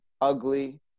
ugly